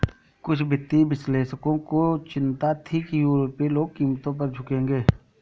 कुछ वित्तीय विश्लेषकों को चिंता थी कि यूरोपीय लोग कीमतों पर झुकेंगे